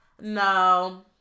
No